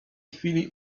chwili